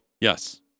Yes